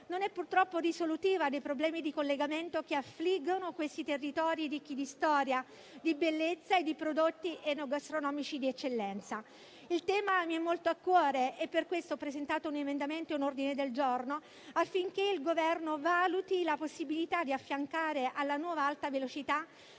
non è purtroppo risolutiva dei problemi di collegamento che affliggono questi territori ricchi di storia, di bellezza e di prodotti enogastronomici di eccellenza. Il tema mi è molto caro e per questo ho presentato un emendamento e un ordine del giorno, affinché il Governo valuti la possibilità di affiancare alla nuova alta velocità